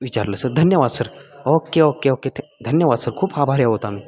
विचारलं सर धन्यवाद sir okay okay okay थे धन्यवाद सर खूप आभारी आहोत आम्ही